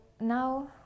now